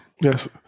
Yes